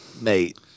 mate